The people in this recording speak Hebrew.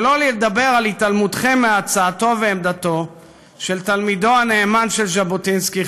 שלא לדבר על התעלמותכם מהצעתו ומעמדתו של תלמידו הנאמן של ז'בוטינסקי,